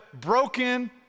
broken